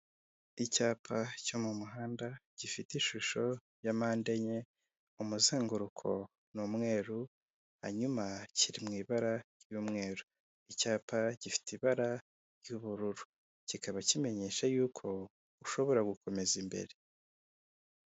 Icyapa cyo mu muhanda gifite ishusho ya mpande enye, umuzenguruko ni umweru, hanyuma kiri mu ibara ry'umweru, icyapa gifite ibara ry'ubururu, kikaba kimenyesha yuko ushobora gukomeza imbere.